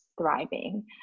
thriving